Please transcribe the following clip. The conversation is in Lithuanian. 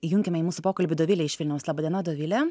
įjunkime į mūsų pokalbį dovilę iš vilniaus laba diena dovile